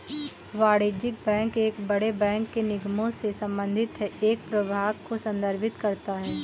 वाणिज्यिक बैंक एक बड़े बैंक के निगमों से संबंधित है एक प्रभाग को संदर्भित करता है